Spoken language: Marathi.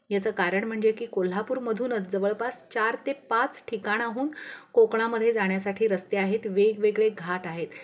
याचं कारण म्हणजे की कोल्हापूरमधूनच जवळपास चार ते पाच ठिकाणहून कोकणामध्ये जाण्यासाठी रस्ते आहेत वेगवेगळे घाट आहेत